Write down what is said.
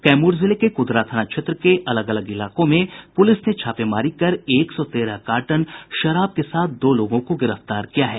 कैमूर जिले में क्दरा थाना क्षेत्र के अलग अलग इलाकों में पूलिस ने छापेमारी कर एक सौ तेरह कार्टन विदेशी शराब के साथ दो लोगों को गिरफ्तार किया है